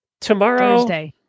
Tomorrow